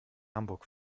hamburg